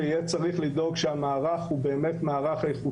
ויהיה צריך לדאוג שהמערך הוא אכן איכותי